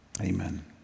Amen